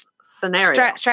scenario